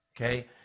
okay